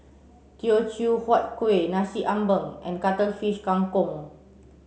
Teochew Huat Kueh Nasi Ambeng and Cuttlefish Kang Kong